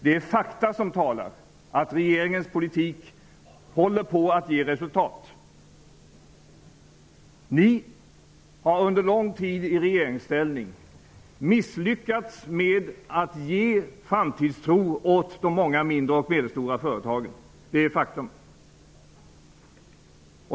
Det är fakta som talar att regeringens politik håller på att ge resultat. Ni har under lång tid i regeringsställning misslyckats med att ge framtidstro i de många mindre och medelstora företagen. Det är ett faktum.